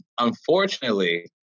Unfortunately